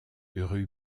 rue